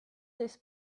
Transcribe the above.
this